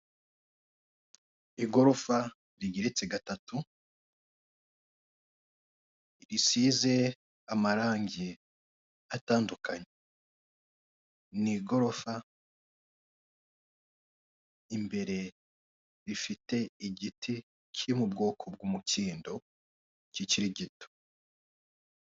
Igorofa rigeretse gatatu risize amarangi atandukanye, n'igorofa imbere rifite igiti kiri mubwoko bw'umukindo kikiri gito.